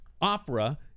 opera